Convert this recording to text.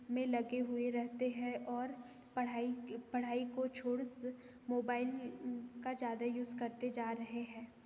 में लगे हुए रहते हैं और पढ़ाई पढ़ाई को छोड़ वो मोबाइल का ज्यादा यूज करते जा रहे हैं